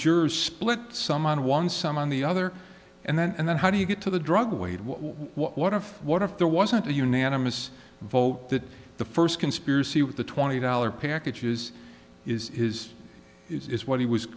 jurors split some on one some on the other and then and then how do you get to the drug away what what if what if there wasn't a unanimous vote that the first conspiracy with the twenty dollar packages is his is what he was